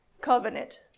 covenant